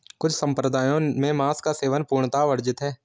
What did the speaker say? कुछ सम्प्रदायों में मांस का सेवन पूर्णतः वर्जित है